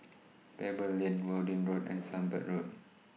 Pebble Lane Worthing Road and Sunbird Road